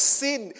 sin